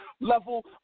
level